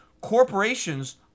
corporations